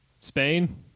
Spain